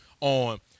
on